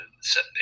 set